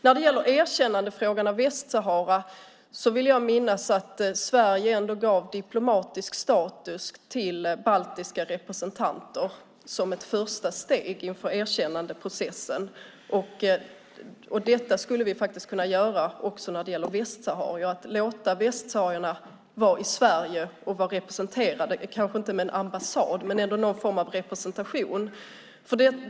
När det gäller frågan om erkännande av Västsahara vill jag minnas att Sverige ändå gav diplomatisk status till baltiska representanter som ett första steg inför erkännandeprocessen. Det skulle vi också kunna göra när det gäller västsaharier. Vi kan låta västsaharier finnas representerade i Sverige, kanske inte med en ambassad men ändå någon form av representation.